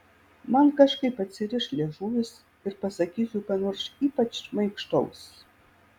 man kažkaip atsiriš liežuvis ir pasakysiu ką nors ypač šmaikštaus